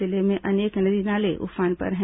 जिले में अनेक नदी नाले उफान पर हैं